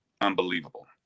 unbelievable